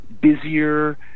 busier